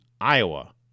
Iowa